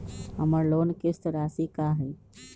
हमर लोन किस्त राशि का हई?